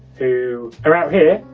who. are out here.